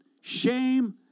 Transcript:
shame